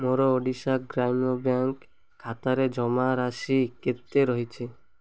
ମୋର ଓଡ଼ିଶା ଗ୍ରାମ୍ୟ ବ୍ୟାଙ୍କ୍ ଖାତାରେ ଜମାରାଶି କେତେ ରହିଛି